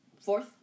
Fourth